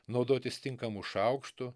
naudotis tinkamu šaukštu